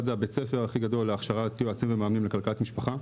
אחד זה בית הספר הכי גדול להכשרת יועצים ומאמנים לכלכלת משפחה,